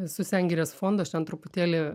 su sengirės fondu aš ten truputėlį